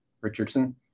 Richardson